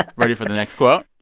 ah ready for the next quote?